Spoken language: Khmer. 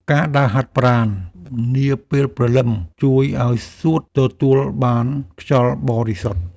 ការដើរហាត់ប្រាណតាមមាត់ទន្លេនាពេលព្រលឹម ជួយឱ្យសួតទទួលបានខ្យល់បរិសុទ្ធ។